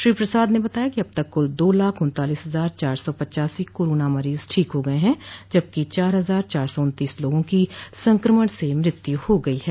श्री प्रसाद ने बताया कि अब तक कुल दो लाख उन्तालीस हजार चार सा पच्चासो कोरोना मरीज ठीक हो गये हैं जबकि चार हजार चार सौ उन्तीस लोगों की संक्रमण से मृत्यु हो गई है